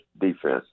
defense